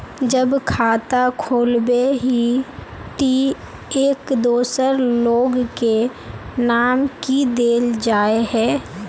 जब खाता खोलबे ही टी एक दोसर लोग के नाम की देल जाए है?